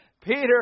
Peter